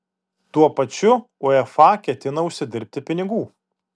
tuo pačiu uefa ketina užsidirbti pinigų